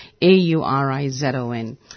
A-U-R-I-Z-O-N